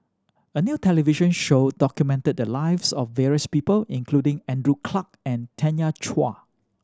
a new television show documented the lives of various people including Andrew Clarke and Tanya Chua